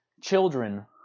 Children